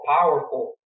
powerful